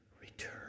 return